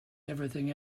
everything